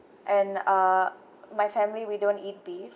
and uh my family we don't eat beef